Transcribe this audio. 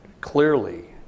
clearly